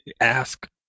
ask